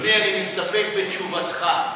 אדוני, אני מסתפק בתשובתך.